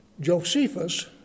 Josephus